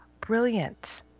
Brilliant